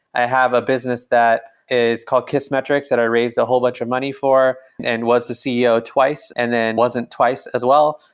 i have a business that is called kissmetrics that i raised a whole bunch of money for and was the ceo twice, and then wasn't twice as well.